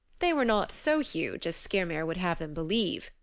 they were not so huge as skyrmir would have them believe,